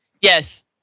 Yes